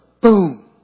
boom